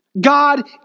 God